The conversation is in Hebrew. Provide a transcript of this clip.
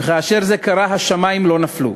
וכאשר זה קרה השמים לא נפלו.